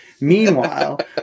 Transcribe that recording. Meanwhile